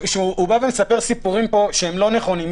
הוא בא ומספר סיפורים פה שהם לא נכונים.